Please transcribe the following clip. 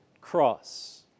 cross